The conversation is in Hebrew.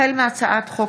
החל מהצעת חוק